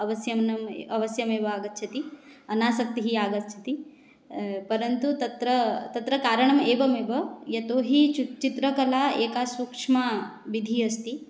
अवश्यं न अवश्यमेव आगच्छति अनासक्तिः आगच्छति परन्तु तत्र तत्र कारणं एवमेव यतो हि चि चित्रकला एका सूक्ष्मा विधिः अस्ति